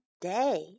day